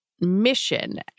mission